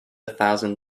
thousand